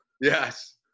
Yes